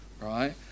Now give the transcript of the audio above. right